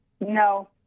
No